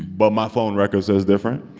but my phone record says different.